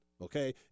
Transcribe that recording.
okay